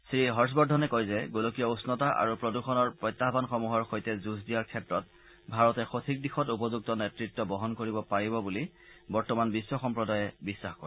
শ্ৰীহৰ্ষবৰ্ধনে কয় যে গোলকীয় উষ্ণতা আৰু প্ৰদূষণৰ প্ৰত্যাহানসমূহৰ সৈতে যুঁজ দিয়াৰ ক্ষেত্ৰত ভাৰতে সঠিক দিশত উপযুক্ত নেতৃত্ব বহন কৰিব পাৰিব বুলি বৰ্তমানে বিধ সম্প্ৰদায়ে বিখাস কৰে